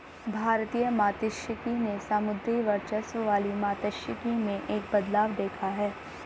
भारतीय मात्स्यिकी ने समुद्री वर्चस्व वाली मात्स्यिकी में एक बदलाव देखा है